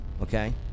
okay